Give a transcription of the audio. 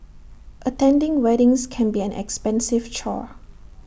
attending weddings can be an expensive chore